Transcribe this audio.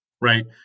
right